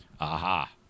Aha